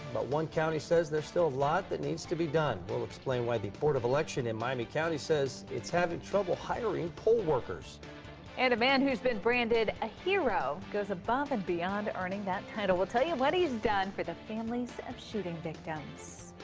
but one county says there's still a lot that needs to be done we'll explain why the board of election in miami county says it's having trouble hiring poll workers. lauren and. a man who has been branded as a hero goes above and beyond earning that title. we'll tell you what he has done. for the families of shooting victims.